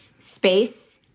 Space